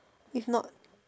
it's not